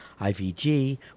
IVG